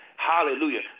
Hallelujah